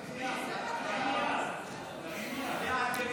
התשפ"ג 2023, לוועדת החוץ והביטחון נתקבלה.